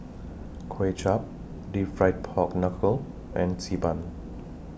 Kway Chap Deep Fried Pork Knuckle and Xi Ban